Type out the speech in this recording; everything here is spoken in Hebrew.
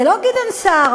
זה לא גדעון סער,